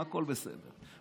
הכול בסדר.